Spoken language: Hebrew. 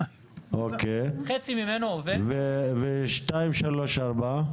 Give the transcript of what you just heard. ומה עם 2, 3 ו-4?